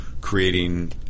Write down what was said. creating